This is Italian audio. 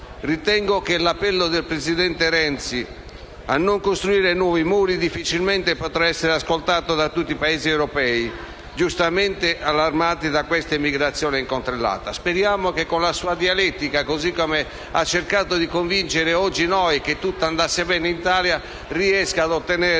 Ritengo che l'appello del presidente Renzi a non costruire nuovi muri difficilmente potrà essere accolto da tutti i Paesi europei, giustamente allarmati da questa immigrazione incontrollata. Speriamo che con la sua dialettica, così come ha cercato di convincere oggi noi che tutto andasse bene in Italia, riesca a ottenere questa